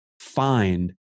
find